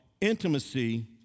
intimacy